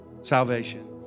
salvation